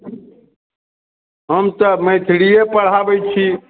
हम तऽ मैथिलीए पढ़ाबै छी